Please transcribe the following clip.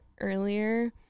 earlier